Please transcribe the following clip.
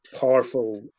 powerful